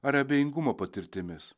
ar abejingumo patirtimis